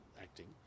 acting